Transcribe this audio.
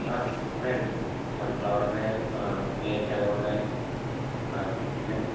ఉన్నాయండి సన్ఫ్లవర్ ఉన్నాయి వేరుశనగ ఉన్నాయి ఎన్ని అండి